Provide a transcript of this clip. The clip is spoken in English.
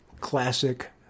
classic